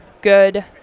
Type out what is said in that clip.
good